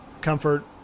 comfort